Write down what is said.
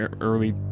early